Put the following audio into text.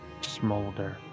smolder